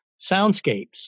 soundscapes